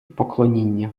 поклоніння